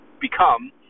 become